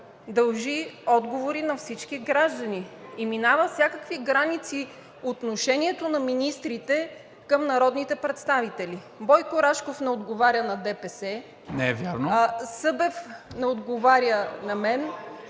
дължи отговори на всички граждани и минава всякакви граници отношението на министрите към народните представители. Бойко Рашков не отговаря на ДПС,… ПРЕДСЕДАТЕЛ НИКОЛА